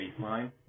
baseline